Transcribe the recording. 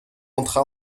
entra